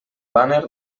bàner